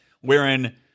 wherein